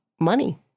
money